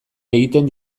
egiten